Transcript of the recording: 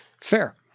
Fair